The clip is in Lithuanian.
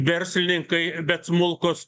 verslininkai bet smulkūs